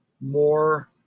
more